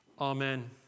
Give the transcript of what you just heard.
Amen